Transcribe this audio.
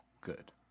Good